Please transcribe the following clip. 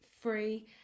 free